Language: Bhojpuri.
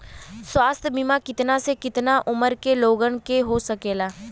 स्वास्थ्य बीमा कितना से कितना उमर के लोगन के हो सकेला?